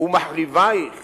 ומחריבייך